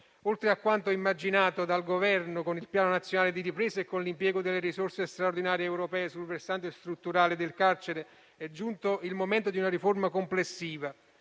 Oltre a quanto immaginato dal Governo, con il Piano nazionale di ripresa e con l'impiego delle risorse straordinarie europee sul versante strutturale del carcere, è giunto il momento di una riforma complessiva.